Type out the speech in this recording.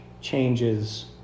changes